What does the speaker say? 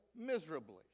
miserably